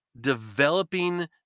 developing